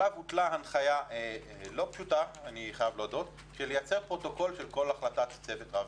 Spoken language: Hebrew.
עליו הוטלה הנחיה לא פשוטה לייצר פרוטוקול של כל החלטת צוות רב-מקצועי.